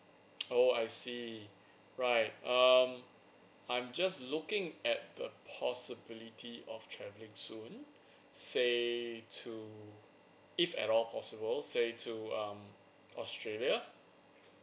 oh I see right um I'm just looking at the possibility of travelling soon say to if at all possible say to um australia